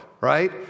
right